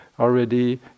already